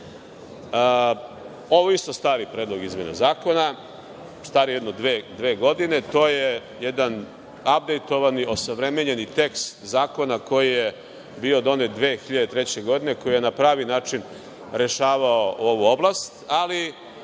je isto stari predlog izmene zakona. Star je jedno dve godine. To je jedan abdejtovani, osavremenjeni tekst zakona koji je bio donet 2003. godine koji je na pravi način rešavao ovu oblast, ali